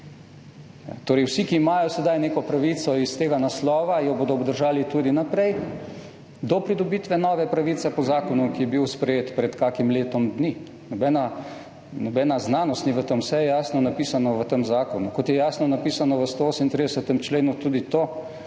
Torej vsi, ki imajo sedaj neko pravico iz tega naslova, jo bodo obdržali tudi naprej, do pridobitve nove pravice po zakonu, ki je bil sprejet pred kakim letom dni. Nobene znanosti ni v tem, vse je jasno napisano v tem zakonu, kot je jasno napisano v 128. členu tudi to,